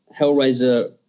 Hellraiser